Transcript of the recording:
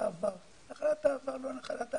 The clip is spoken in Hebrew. לצערנו זאת לא נחלת העבר.